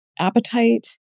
appetite